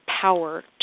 Power